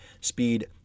speed